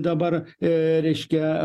dabar reiškia